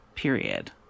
Period